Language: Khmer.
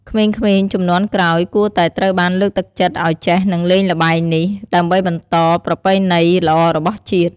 ក្មេងៗជំនាន់ក្រោយគួរតែត្រូវបានលើកទឹកចិត្តឱ្យចេះ និងលេងល្បែងនេះ ដើម្បីបន្តប្រពៃណីល្អរបស់ជាតិ។